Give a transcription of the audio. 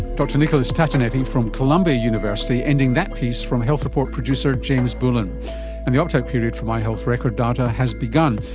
dr nicholas tatonetti, from columbia university, ending that piece from health report producer james bullen. and the opt-out period for my health record data has begun,